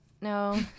no